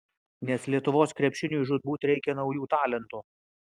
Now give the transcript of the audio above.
nes lietuvos krepšiniui žūtbūt reikia naujų talentų